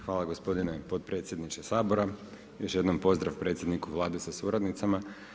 Hvala gospodine potpredsjedniče Sabora, još jednom pozdrav predsjedniku Vlade sa suradnicama.